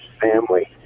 family